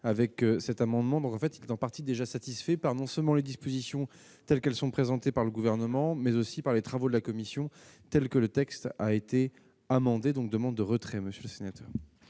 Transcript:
avec cet amendement dans la fatigue donc partie déjà satisfait par non seulement les dispositions telles qu'elles sont présentées par le gouvernement mais aussi par les travaux de la commission, tels que le texte a été amendé donc demande de retrait Monsieur cinéma.